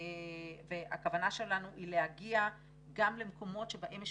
הכוונה שלנו היא להגיע גם למקומות בהם יש